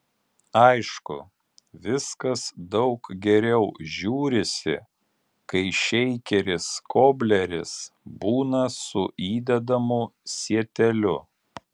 aišku viskas daug geriau žiūrisi kai šeikeris kobleris būna su įdedamu sieteliu